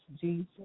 Jesus